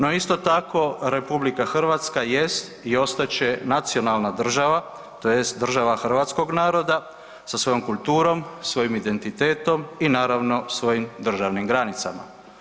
No isto tako RH jest i ostat će nacionalna država tj. država hrvatskog naroda sa svojom kulturom, svojim identitetom i naravno svojim državnim granicama.